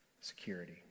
security